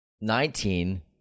Nineteen